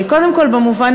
קודם כול, במובן